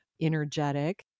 energetic